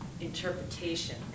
interpretation